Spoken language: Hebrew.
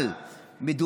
כדי שיהיה לה קל?